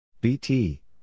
BT